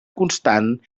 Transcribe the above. constant